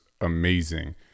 amazing